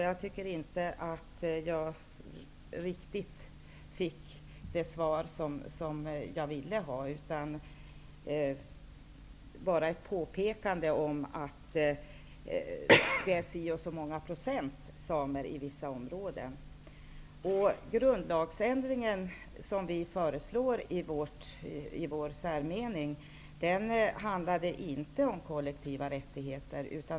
Jag tycker inte att jag riktigt fick det svar som jag ville ha, utan endast ett påpekande om att det finns si eller så många procent samer i vissa områden. Den grundlagsändring vi föreslår i vår särmening handlar inte om kollektiva rättigheter.